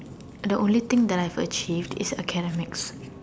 the only thing that I have achieve is academics